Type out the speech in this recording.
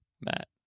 Matt